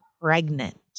pregnant